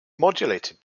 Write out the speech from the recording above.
modulated